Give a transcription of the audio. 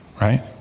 Right